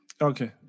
Okay